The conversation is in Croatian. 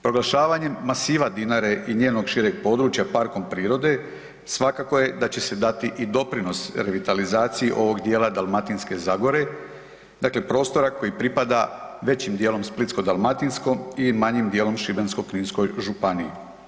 Proglašavanjem masiva Dinare i njenog šireg područja parkom prirode, svakako je da će se dati i doprinos revitalizaciji ovog dijela Dalmatinske zagore, dakle prostora koji pripada većim dijelom Splitsko-dalmatinskom i manjim dijelom Šibensko-kninskoj županiji.